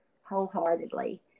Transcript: wholeheartedly